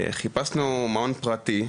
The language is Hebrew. חיפשנו מעון פרטי,